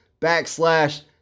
backslash